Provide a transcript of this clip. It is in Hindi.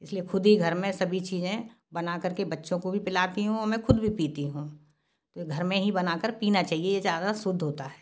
इस लिए ख़ुद ही घर में सभी चीज़े बना कर के बच्चों को भी पिलाती हूँ और मैं खुद भी पीती हूँ तो घर में ही बना कर पीना चाहिए ये ज़्यादा शुद्ध होता है